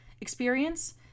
experience